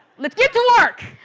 let's get to work!